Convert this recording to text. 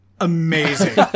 amazing